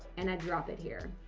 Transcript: and i drop it here.